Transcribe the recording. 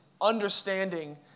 understanding